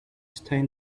stain